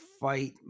fight